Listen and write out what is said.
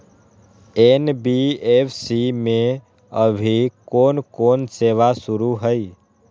NBFC में अभी कोन कोन सेवा शुरु हई?